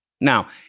Now